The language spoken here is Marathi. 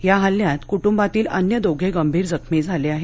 या हल्ल्यात कुटुंबातील अन्य दोघे गंभीर जखमी झाले आहेत